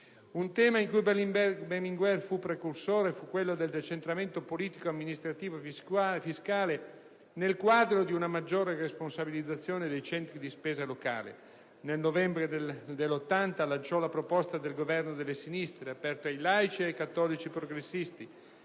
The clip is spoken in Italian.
Un tema in cui Berlinguer fu precursore fu quello del decentramento politico, amministrativo e fiscale nel quadro di una maggiore responsabilizzazione dei centri di spesa locale. Nel novembre 1980 lanciò la proposta del Governo delle sinistre, aperto ai laici e ai cattolici progressisti,